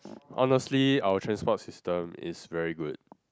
honestly our transport system is very good